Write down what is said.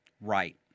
Right